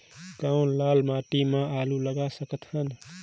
कौन लाल माटी म आलू लगा सकत हन?